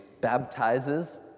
baptizes